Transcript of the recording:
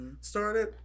started